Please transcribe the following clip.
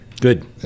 Good